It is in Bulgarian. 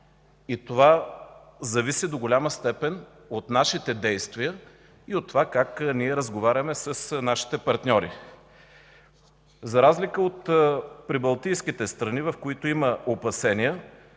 И това зависи до голяма степен от нашите действия и от това как ние разговаряме с нашите партньори. За разлика от Прибалтийските страни, в които има опасения,